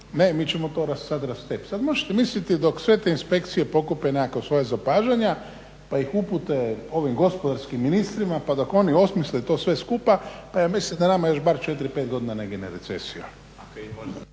ne, mi ćemo to sad rastepsti. Sad možete misliti dok sve te inspekcije pokupe nekakva svoja zapažanja pa ih upute ovim gospodarskim ministrima pa dok oni osmisle to sve skupa pa ja mislim da nama još bar 4, 5 godina ne gine recesija.